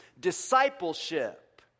discipleship